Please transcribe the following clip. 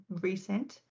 recent